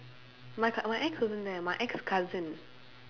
my cou~ my ex wasn't there my ex cousin